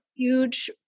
huge